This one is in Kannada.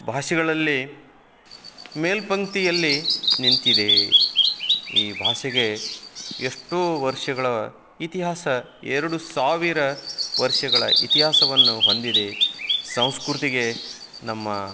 ಭಾಷೆಗಳಲ್ಲಿ ಮೇಲ್ಪಂಕ್ತಿಯಲ್ಲಿ ನಿಂತಿದೆ ಈ ಭಾಷೆಗೆ ಎಷ್ಟೋ ವರ್ಷಗಳ ಇತಿಹಾಸ ಎರಡು ಸಾವಿರ ವರ್ಷಗಳ ಇತಿಹಾಸವನ್ನು ಹೊಂದಿದೆ ಸಂಸ್ಕೃತಿಗೆ ನಮ್ಮ